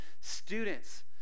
Students